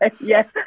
yes